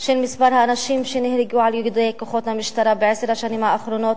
של מספר האנשים שנהרגו על-ידי כוחות המשטרה בעשר השנים האחרונות,